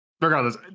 regardless